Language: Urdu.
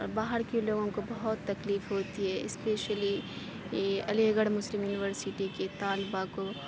باہر کے لوگوں کو بہت تکلیف ہوتی ہے especially Aligarh Muslim University کی طالبا کو